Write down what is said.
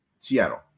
Seattle